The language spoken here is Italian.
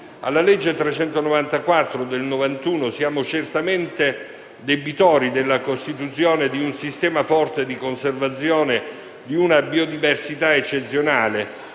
Alla legge n. 394 del 1991 siamo certamente debitori per la costituzione di un sistema forte di conservazione di una biodiversità eccezionale